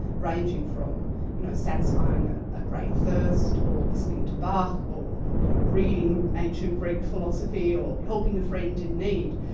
ranging from you know satisfying ah a great thirst, or listening to bach, or you know reading ancient greek philosophy, or helping a friend in need.